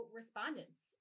respondents